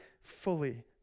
fully